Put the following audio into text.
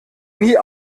nie